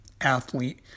athlete